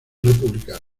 republicano